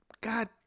God